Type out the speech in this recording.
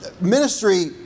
ministry